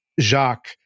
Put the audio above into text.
Jacques